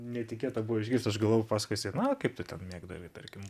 netikėta buvo išgirst aš galvojau pasakosi na kaip tu ten mėgdavai tarkim